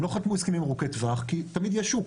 הם לא חתמו הסכמים ארוכי טווח כי תמיד יש שוק,